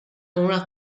una